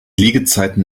liegezeiten